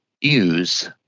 use